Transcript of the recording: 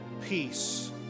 Peace